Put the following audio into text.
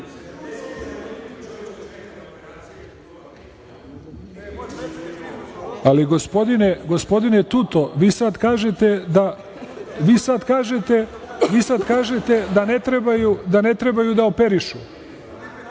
vas. Ali, gospodine, Tuto, vi sad kažete da ne trebaju da operišu.